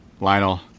Lionel